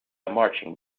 marching